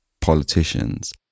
politicians